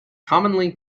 commonly